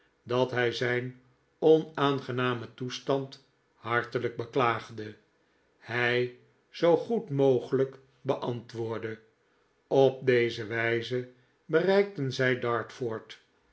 dat hij zijn onaangenamen toestand hartelijk beklaagde hij zoo goed mogelijk beantwoordde op deze wijze bereikten zij dartford